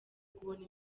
kubona